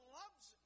loves